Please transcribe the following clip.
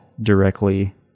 directly